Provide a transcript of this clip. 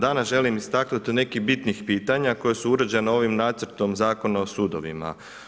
Danas želim istaknuti nekih bitnih pitanja koja su uređena ovim nacrtom Zakona o sudovima.